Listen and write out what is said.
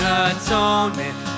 atonement